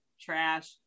Trash